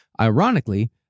Ironically